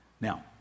Now